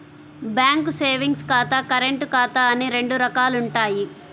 bank savings ఖాతా, current ఖాతా అని రెండు రకాలుంటయ్యి